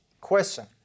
Question